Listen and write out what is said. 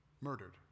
murdered